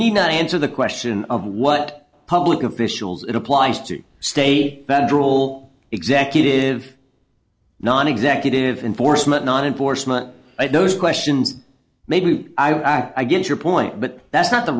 need not answer the question of what public officials it applies to state federal executive nonexecutive enforcement not enforcement those questions maybe i get your point but that's not the